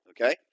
okay